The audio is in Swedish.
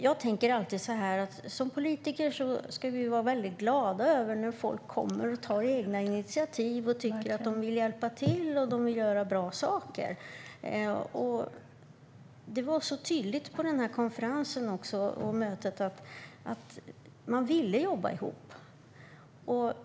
Jag tänker alltid att vi som politiker ska vara väldigt glada när folk tar egna initiativ, vill hjälpa till och vill göra bra saker. Det var så tydligt på konferensen och på mötet att man ville jobba ihop.